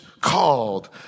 called